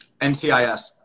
NCIS